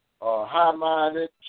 high-minded